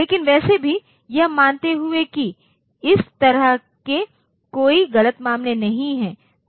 लेकिन वैसे भी यह मानते हुए कि इस तरह के कोई गलत मामले नहीं हैं